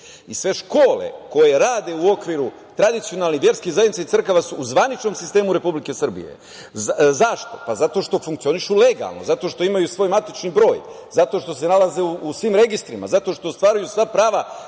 i sve škole koje rade u okviru tradicionalnih verski zajednica i crkava su u zvaničnom sistemu Republike Srbije. Zašto? Pa zato što funkcionišu legalno, zato što imaju svoj matični broj, zato što se nalaze u svim registrima, zato što ostvaruju sva prava